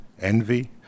envy